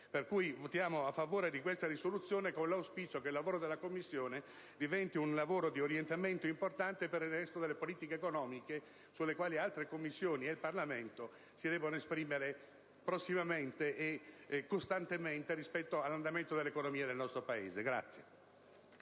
detto, votiamo a favore di questa proposta di risoluzione, con l'auspicio che il lavoro della Commissione serva da orientamento importante per il resto delle politiche economiche, sulle quali altre Commissioni e il Parlamento tutto devono esprimersi prossimamente e costantemente rispetto all'andamento dell'economia del nostro Paese.